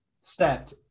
set